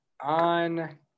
on